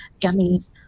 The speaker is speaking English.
gummies